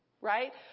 Right